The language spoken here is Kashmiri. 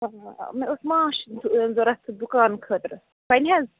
مےٚ اوس ماچھ ضۄرَتھ دُکان خٲطرٕ بَنہِ حظ